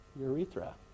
urethra